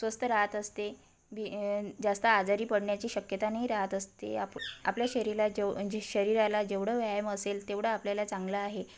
स्वस्थ राहत असते बी जास्त आजारी पडण्याची शक्यता नाही राहत असते आप आपल्या शरीला जेव शरीराला जेवढं व्यायाम असेल तेवढं आपल्याला चांगलं आहे